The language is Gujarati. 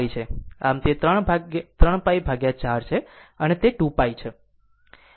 આમ તે 3π 4 છે અને તે 2π છે